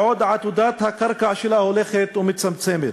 בעוד עתודת הקרקע שלה הולכת ומצטמצמת,